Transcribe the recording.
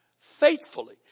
faithfully